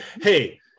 Hey